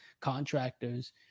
contractors